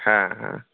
হ্যাঁ হ্যাঁ